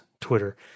Twitter